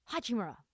Hachimura